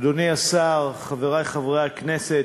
אדוני השר, חברי חברי הכנסת,